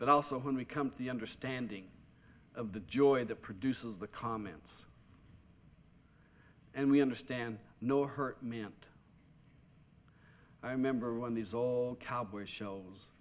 but also when we come to the understanding of the joy that produces the comments and we understand no hurt meant i remember when these all cowboy shows